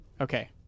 Okay